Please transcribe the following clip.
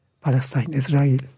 Palestine-Israel